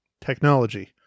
Technology